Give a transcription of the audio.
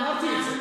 אמרתי את זה.